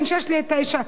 בין 06:00 ל-09:00,